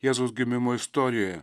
jėzaus gimimo istorijoje